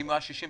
אם הוא היה 65%